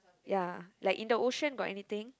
ya like in the ocean got anything